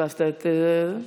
גברתי היושבת-ראש,